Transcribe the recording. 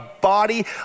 body